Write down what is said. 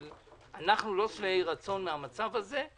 אנחנו לא שבעי רצון מהמצב הזה.